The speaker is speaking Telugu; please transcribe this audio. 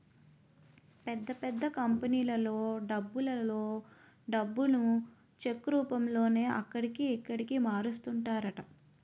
పెద్ద పెద్ద కంపెనీలలో డబ్బులలో డబ్బును చెక్ రూపంలోనే అక్కడికి, ఇక్కడికి మారుస్తుంటారట